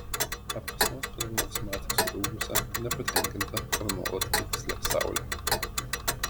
ar kas nors kada nors matė surūgusią nepatenkintą ar nuolat irzlią saulę